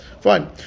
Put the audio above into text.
Fine